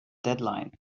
deadline